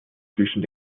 zwischen